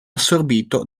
assorbito